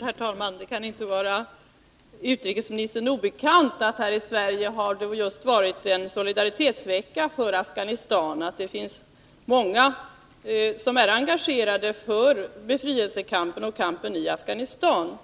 Herr talman! Det kan inte vara utrikesministern obekant att det här i Sverige just har varit en solidaritetsvecka för Afghanistan och att det finns många som är engagerade för befrielsekampen i Afghanistan.